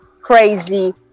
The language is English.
crazy